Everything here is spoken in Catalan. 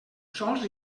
sols